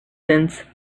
sense